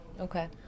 Okay